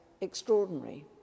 extraordinary